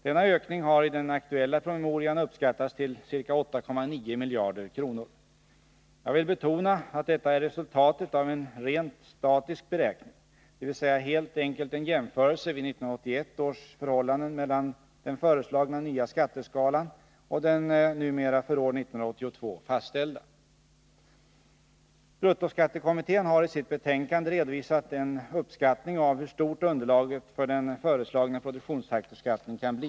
Denna ökning har i den aktuella promemorian uppskattats till ca 8,9 miljarder kronor. Jag vill betona att detta är resultatet av en rent statisk beräkning, dvs. helt enkelt en jämförelse vid 1981 års förhållanden mellan den föreslagna nya skatteskalan och den numera för år 1982 fastställda. Bruttoskattekommittén har i sitt betänkande redovisat en uppskattning av hur stort underlaget för den föreslagna produktionsfaktorsskatten kan bli.